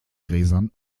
gräsern